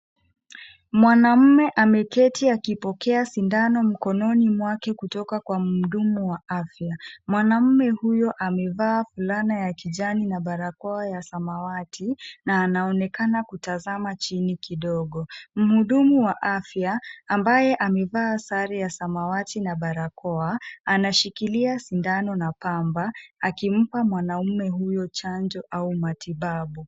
Mwanamume ameketi akipokea sindano mkononi mwake kutoka kwa mhudumu wa afya. Mwanamume huyo amevaa fulana ya kijani na barakoa ya samawati na anaonekana kutazama chini kidogo. Mhudumu wa afya ambaye amevaa sare ya samawati na barakoa, anashikilia sindano na pamba, akimpa mwanaume huyo chanjo au matibabu.